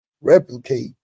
replicate